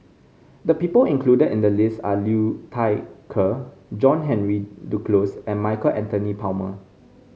the people included in the list are Liu Thai Ker John Henry Duclos and Michael Anthony Palmer